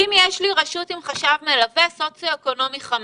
אם יש לי רשות עם חשב מלווה, סוציו אקונומי 5,